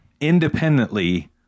independently